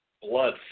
blood